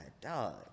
dog